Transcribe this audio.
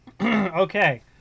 Okay